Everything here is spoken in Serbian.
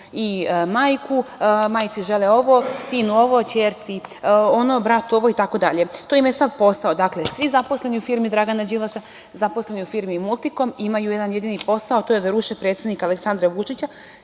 i majku, majci žele ovo, sinu ovo, ćerci ono, bratu ovo, itd. To im je sav posao. Dakle, svi zaposleni u firmi Dragana Đilasa, zaposleni u firmi "Multikom" imaju jedan jedini posao, da ruše predsednika Aleksandra Vučića,